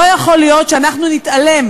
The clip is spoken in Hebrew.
לא יכול להיות שאנחנו נתעלם.